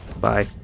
bye